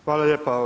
Hvala lijepa.